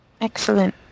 Excellent